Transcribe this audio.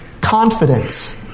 confidence